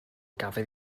gafodd